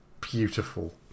Beautiful